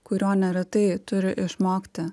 kurio neretai turi išmokti